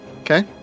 Okay